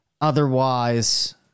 otherwise